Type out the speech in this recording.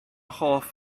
hoff